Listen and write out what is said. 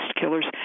killers